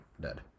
dead